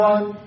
One